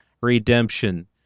redemption